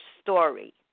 story